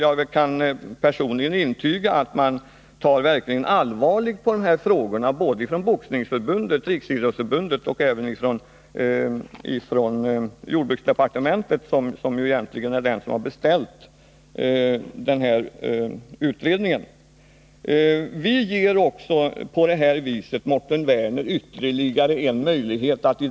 Jag kan personligen intyga att man tar verkligt allvarligt på dessa frågor såväl inom Boxningsförbundet och riksidrottsförbundet som inom jordbruksdepartementet, som ju är det organ som ursprungligen har beställt utredningen.